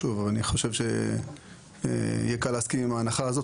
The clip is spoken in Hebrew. ואני חושב שיהיה קל להסכים עם ההנחה הזאת.